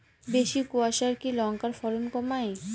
বেশি কোয়াশায় কি লঙ্কার ফলন কমায়?